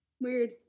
Weird